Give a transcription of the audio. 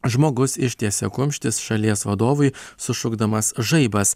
žmogus ištiesė kumštis šalies vadovui sušukdamas žaibas